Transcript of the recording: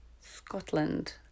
Scotland